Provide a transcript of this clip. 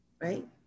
Right